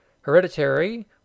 Hereditary